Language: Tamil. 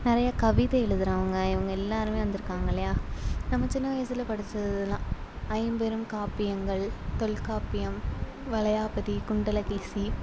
நிறைய கவிதை எழுதுகிறாங்க இவங்க எல்லாரும் வந்துருக்காங்க இல்லையா நம்ம சின்ன வயதில் படிச்சதுல்லாம் ஐம்பெரும் காப்பியங்கள் தொல்காப்பியம் வளையாபதி குண்டலகேசி